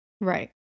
Right